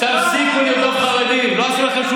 החוצה.